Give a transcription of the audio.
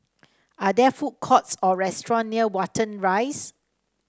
are there food courts or restaurant near Watten Rise